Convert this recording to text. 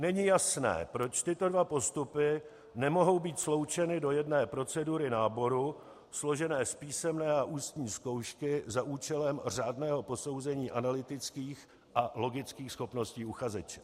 Není jasné, proč tyto dva postupy nemohou být sloučeny do jedné procedury náboru, složené z písemné a ústní zkoušky za účelem řádného posouzení analytických a logických schopností uchazeče.